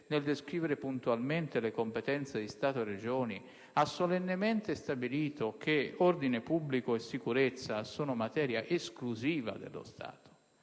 nel descrivere puntualmente le competenze di Stato e Regioni, ha solennemente stabilito che ordine pubblico e sicurezza sono materia esclusiva dello Stato.